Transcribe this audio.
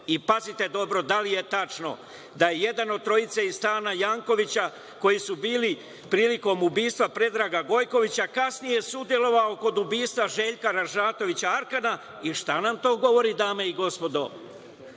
Pazite dobro, da li je tačno da je jedan od trojice iz stana Jankovića koji su bili prilikom ubistva Predraga Gojkovića kasnije sudelovao kod ubistva Željka Ražnatovića Arkana i šta nam to govori, dame i gospodo?